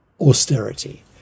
austerity